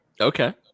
Okay